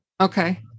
Okay